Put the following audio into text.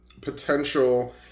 potential